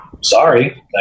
sorry